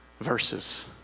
verses